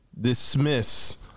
dismiss